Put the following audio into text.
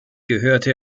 gehörte